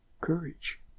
courage